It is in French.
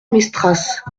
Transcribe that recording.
mestras